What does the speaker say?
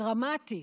דרמטית: